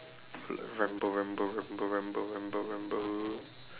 ramble ramble ramble ramble ramble ramble